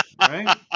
Right